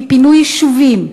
מפינוי יישובים,